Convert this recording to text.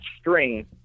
string